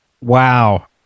wow